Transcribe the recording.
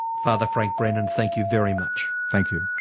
father frank brennan thankyou very much. thankyou.